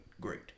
great